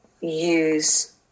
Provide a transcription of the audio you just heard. use